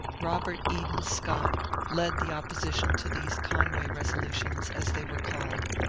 robert eden scott led the opposition to these con way resolutions, as they were called,